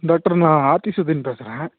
doctor நான் ஆத்திசுதன் பேசுகிறேன்